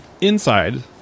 Inside